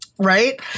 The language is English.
Right